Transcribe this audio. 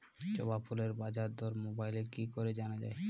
জবা ফুলের বাজার দর মোবাইলে কি করে জানা যায়?